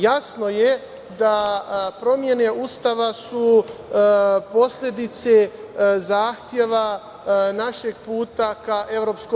Jasno je da promene Ustava su posledice zahteva našeg puta ka EU.